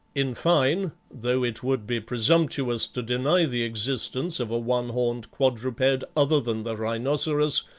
in fine, though it would be presumptuous to deny the existence of a one-horned quadruped other than the rhinoceros,